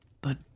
But